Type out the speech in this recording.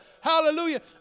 Hallelujah